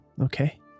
Okay